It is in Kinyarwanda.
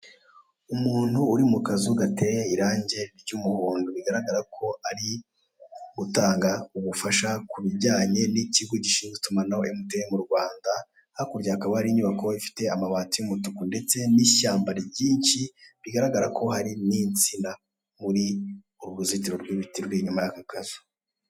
Umuntu uri mu kazu gateye irange ry'umuhondo bigaragara ko ari gutanga ubufasha kubijyanye n'ikigo gishinzwe itumanaho emutiyene mu Rwanda. Hakurya hakaba hari inyubako ifite amabati y'umutuku ndetse n'ishyamba ryinshi, bigaragara ko hari n'insina muri uru ruzitiro rw'ibiti ruri inyuma y'aka kazu